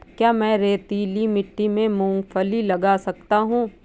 क्या मैं रेतीली मिट्टी में मूँगफली लगा सकता हूँ?